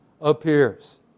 appears